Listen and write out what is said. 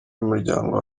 y’umuryango